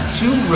two